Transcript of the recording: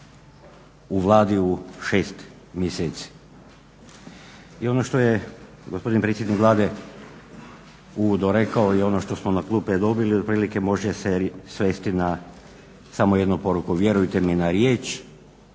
Vladi u 6 mjeseci. I ono što je gospodin predsjednik Vlade uvodno rekao i ono što smo na klupe dobili otprilike može se svesti na samo jednu poruku, vjerujte mi na riječ,